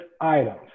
items